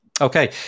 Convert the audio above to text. Okay